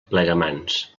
plegamans